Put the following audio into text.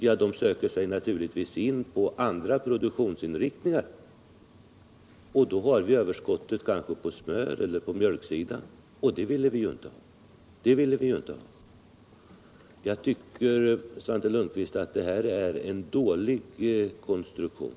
Jo, de söker sig naturligtvis över till andra produktionsinriktningar, och då får vi kanske överskotten på smöreller på mjölkområdet, och det ville vi ju inte ha. Jag tycker, Svante Lundkvist, att detta är en dålig konstruktion.